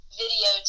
video